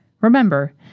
Remember